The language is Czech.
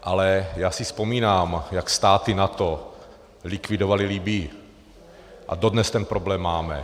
Ale já si vzpomínám, jak státy NATO likvidovaly Libyi, a dodnes ten problém máme.